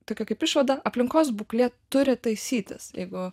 tokio kaip išvada aplinkos būklė turi taisytis jeigu